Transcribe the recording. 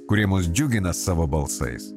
kurie mus džiugina savo balsais